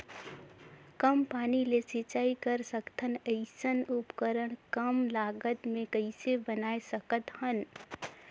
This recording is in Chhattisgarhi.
कम पानी ले सिंचाई कर सकथन अइसने उपकरण कम लागत मे कइसे बनाय सकत हन?